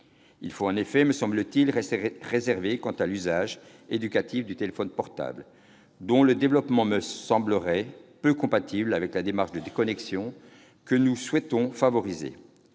Il faut, en effet, rester réservé quant à l'usage éducatif du téléphone portable, dont le développement me semblerait peu compatible avec la démarche de « déconnexion » que nous souhaitons favoriser.